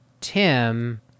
Tim